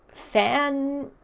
fan